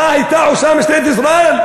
מה הייתה עושה משטרת ישראל?